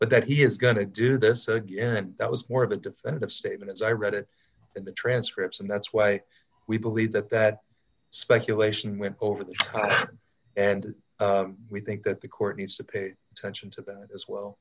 but that he is going to do this and that was more of a definitive statement as i read it in the transcripts and that's why we believe that that speculation went over the map and we think that the court needs to pay attention to that as well